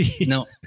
No